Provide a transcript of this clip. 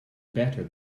better